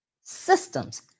systems